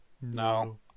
no